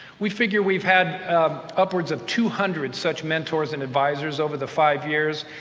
we figure we've had upwards of two hundred such mentors and advisors over the five years.